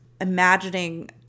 imagining